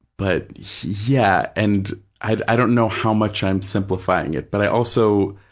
but yeah, and i don't know how much i'm simplifying it, but i also,